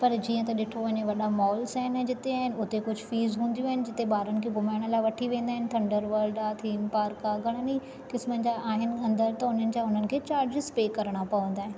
पर जीअं त ॾिठो वञे वॾा मॉल्स आहिनि जिते आहिनि हुते कुझु फ़ीस हूंदियूं आहिनि जिते ॿारनि खे घुमाइण लाइ वठी वेंदा आहिनि थंडर वल्ड आहे थीम पार्क आहे घणनि ई क़िस्मनि जा आहिनि अंदरि त हुननि जा हुननि खे चार्जिस पे करिणा पवंदा आहिनि